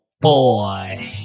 boy